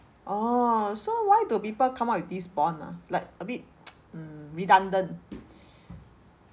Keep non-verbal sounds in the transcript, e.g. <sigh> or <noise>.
orh so why do people come up with this bond ah like a bit <noise> mm redundant